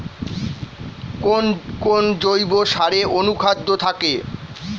কোন কোন জৈব সারে অনুখাদ্য থাকে?